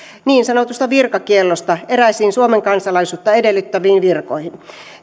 niin sanotusta virkakiellosta eräisiin suomen kansalaisuutta edellyttäviin virkoihin